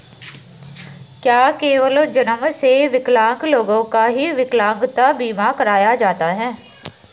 क्या केवल जन्म से विकलांग लोगों का ही विकलांगता बीमा कराया जाता है?